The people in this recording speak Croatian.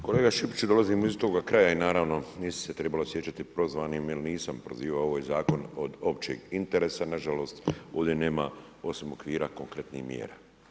Kolega Šipiću, dolazimo iz istoga kraja i naravno niste se trebali osjećati prozvanim jer nisam prozivao ovaj zakon od općeg interesa, nažalost ovdje nema osim okvira konkretnih mjera.